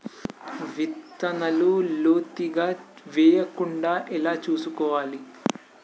విత్తనాలు లోతుగా వెయ్యకుండా ఎలా చూసుకోవాలి?